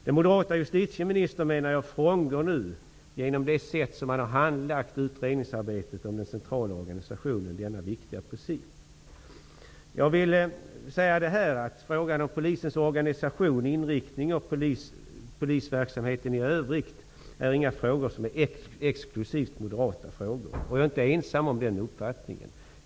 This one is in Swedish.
Den moderata justitieministern frångår nu, genom det sätt som utredningsarbetet om den centrala organisationen har handlagts, denna viktiga princip. Frågorna om Polisens organisation och inriktningen av polisverksamheten i övrigt är inga exklusivt moderata frågor. Jag är inte ensam om den uppfattningen.